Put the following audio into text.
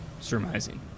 surmising